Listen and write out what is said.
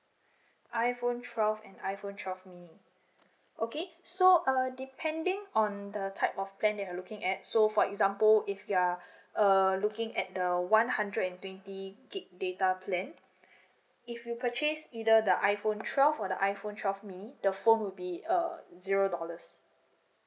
iphone twelve and iphone twelve mini okay so err depending on the type of plan that you are looking at so for example if you are err looking at the one hundred and twenty gig data plan if you purchase either the iphone twelve or the iphone twelve mini the phone would be uh zero dollars